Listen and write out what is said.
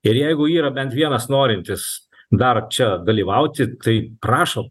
ir jeigu yra bent vienas norintis dar čia dalyvauti tai prašom